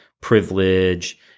privilege